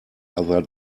other